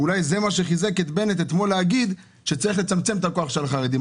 זה אולי מה שחיזק את בנט אתמול להגיד שצריך לצמצם את הכוח של החרדים.